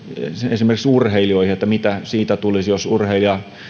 esimerkiksi urheilijoihin mitä siitä tulisi jos urheilija